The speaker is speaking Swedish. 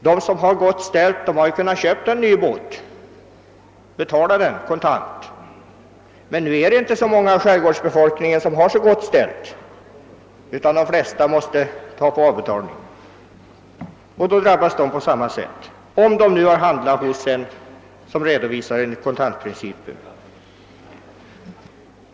De som är välbeställda har kunnat köpa en ny båt och betala den kontant, men det är inte så många bland skärgårdsbefolkningen som har det så gott ställt, utan de flesta måste köpa på avbetalning och drabbas då av skattehöjningen, om de har handlat hos ett företag som redovisar efter kontantprincipen.